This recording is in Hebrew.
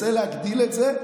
אנחנו ננסה להגדיל את זה.